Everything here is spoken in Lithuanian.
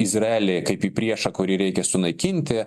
izraelį kaip į priešą kurį reikia sunaikinti